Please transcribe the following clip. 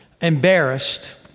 embarrassed